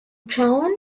crown